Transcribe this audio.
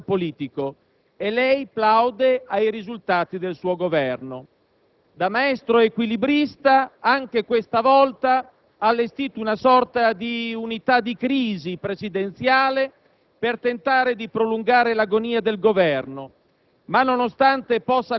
Crolla la fiducia della gente davanti a un devastante squallore politico. E lei plaude ai risultati del suo Governo. Da maestro equilibrista, anche questa volta ha allestito una sorta di unità di crisi presidenziale